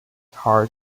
hard